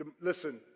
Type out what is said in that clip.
Listen